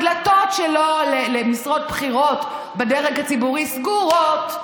הדלתות שלו למשרות בכירות בדרג הציבורי סגורות,